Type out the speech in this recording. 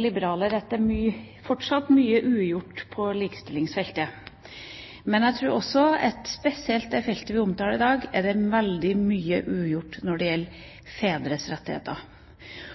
liberaler at det fortsatt er mye ugjort på likestillingsfeltet. Jeg tror også at spesielt på det feltet vi omtaler i dag, er det veldig mye ugjort når det gjelder fedres rettigheter.